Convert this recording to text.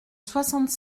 soixante